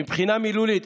מבחינה מילולית,